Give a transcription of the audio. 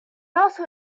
also